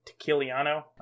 Tequiliano